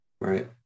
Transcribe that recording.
Right